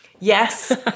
Yes